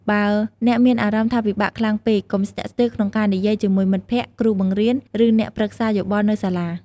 បើអ្នកមានអារម្មណ៍ថាពិបាកខ្លាំងពេក កុំស្ទាក់ស្ទើរក្នុងការនិយាយជាមួយមិត្តភក្តិ គ្រូបង្រៀន ឬអ្នកប្រឹក្សាយោបល់នៅសាលា។